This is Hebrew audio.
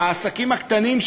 העסקים הקטנים,